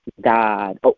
God